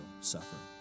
suffering